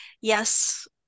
yes